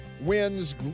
wins